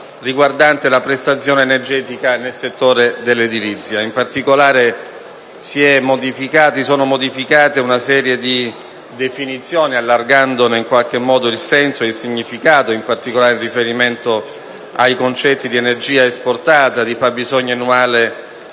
riguardante la prestazione energetica nel settore dell'edilizia. In particolare, sono state modificate alcune definizioni allargandone il senso e il significato, soprattutto in riferimento ai concetti di energia esportata, di fabbisogno annuale